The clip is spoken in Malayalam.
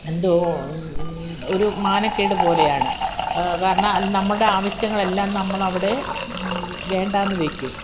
എന്തോ ഒരു മാനക്കേടു പോലെയാണ് കാരണം അത് നമ്മുടെ ആവശ്യങ്ങളെല്ലാം നമ്മളവിടെ വേണ്ടയെന്നു വയ്ക്കും